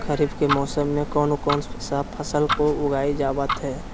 खरीफ के मौसम में कौन कौन सा फसल को उगाई जावत हैं?